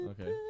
Okay